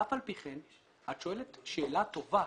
אף על פי כן את שואלת שאלה טובה.